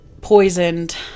poisoned